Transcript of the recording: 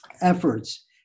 efforts